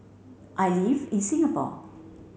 I live in Singapore